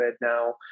now